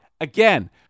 Again